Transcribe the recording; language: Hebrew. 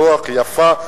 ברוח יפה,